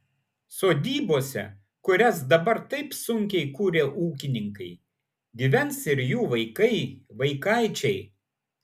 sodybose kurias dabar taip sunkiai kuria ūkininkai gyvens ir jų vaikai vaikaičiai